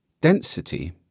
Density